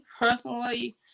personally